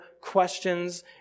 questions